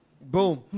Boom